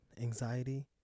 anxiety